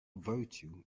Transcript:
virtue